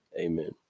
Amen